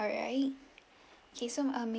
alright K so may~